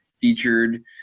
featured